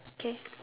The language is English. kay